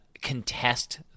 contest